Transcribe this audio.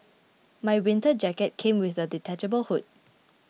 my winter jacket came with a detachable hood